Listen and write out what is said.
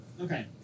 Okay